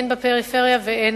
אני